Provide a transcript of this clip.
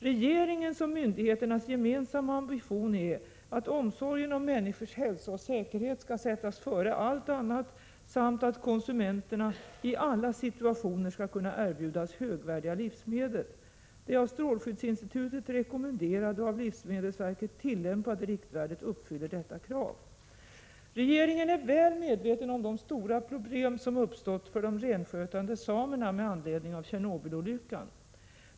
Regeringens och myndigheternas gemensamma ambition är att omsorgen om människors hälsa och säkerhet skall sättas före allt annat samt att konsumenterna i alla situationer skall kunna erbjudas högvärdiga livsmedel. Det av strålskyddsinstitutet rekommenderade och av livsmedelsverket tillämpade riktvärdet uppfyller detta krav. Regeringen är väl medveten om de stora problem som uppstått för de renskötande samerna med anledning av Tjernobylolyckan.